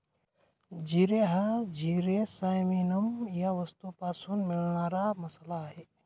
जिरे हा जिरे सायमिनम या वनस्पतीपासून मिळणारा मसाला आहे